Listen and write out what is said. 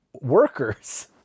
workers